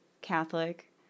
Catholic